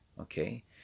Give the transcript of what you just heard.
Okay